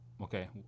okay